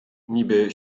niby